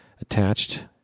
attached